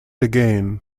again